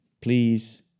please